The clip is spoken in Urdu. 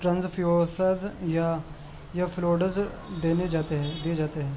ٹرانسفیوزز یا یا فلوڈز دینے جاتے ہیں دیے جاتے ہیں